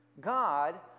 God